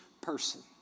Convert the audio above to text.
person